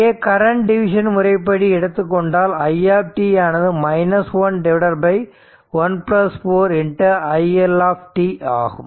இங்கே current division முறைப்படி எடுத்துக்கொண்டால் i ஆனது 1 1 4 i L t ஆகும்